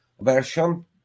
version